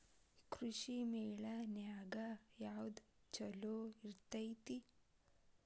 ಕೃಷಿಮೇಳ ನ್ಯಾಗ ಯಾವ್ದ ಛಲೋ ಇರ್ತೆತಿ?